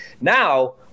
Now